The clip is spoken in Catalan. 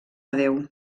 adéu